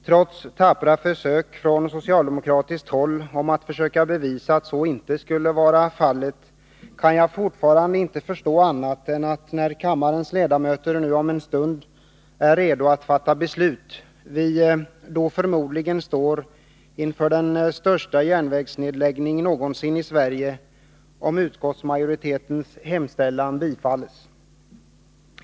Trots tappra försök från socialdemokratiskt håll att bevisa att så inte är fallet kan jag fortfarande inte förstå annat än att vi, när kammarens ledamöter om en stund är redo att fatta beslut, förmodligen står inför den största järnvägsnedläggningen någonsin i Sverige, om utskottsmajoritetens hemställan bifalles.